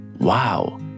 Wow